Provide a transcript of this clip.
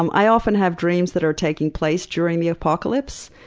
um i often have dreams that are taking place during the apocalypse.